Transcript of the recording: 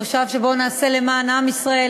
מושב שבו נעשה למען עם ישראל,